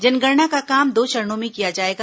जनगणना का काम दो चरणों में किया जाएगा